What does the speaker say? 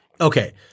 Okay